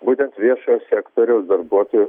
būtent viešojo sektoriaus darbuotojų